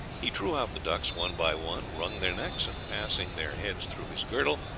he drew out the ducks one by one, wrung their necks, and passing their heads through his girdle,